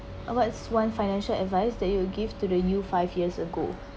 what's one financial advice that you would give to the you five years ago